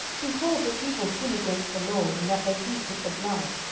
behold, the people sin against the lord, in that they eat with the blood.